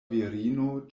virino